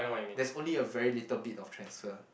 there's only a very little bit of transfer